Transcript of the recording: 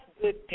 good